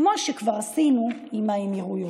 כמו שכבר עשינו עם האמירויות.